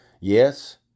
Yes